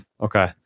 Okay